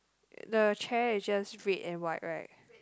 the chair is just red and white right